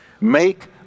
Make